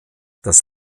das